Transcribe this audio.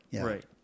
right